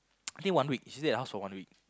actually one week she stay at your house for one week